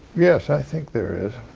yes, i think there is.